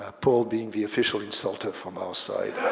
ah paul being the official insulter from our side.